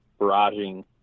barraging